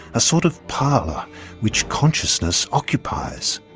a sort of parlour which consciousness occupies.